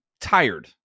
tired